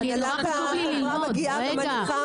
הנהלת החברה באה ומניחה